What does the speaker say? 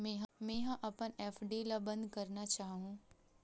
मेंहा अपन एफ.डी ला बंद करना चाहहु